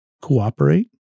cooperate